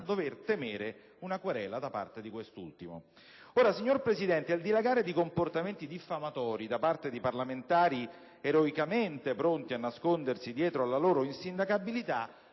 dover temere una querela da parte di quest'ultimo. Il dilagare di comportamenti diffamatori da parte di parlamentari eroicamente pronti a nascondersi dietro alla loro insindacabilità